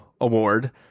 award